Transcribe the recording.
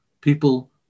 people